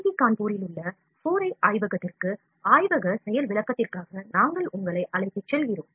D கான்பூரில் உள்ள 4i ஆய்வகத்திற்கு ஆய்வக செயல் விளக்கத்திற்க்காக நாங்கள் உங்களை அழைத்துச் செல்கிறோம்